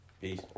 Peace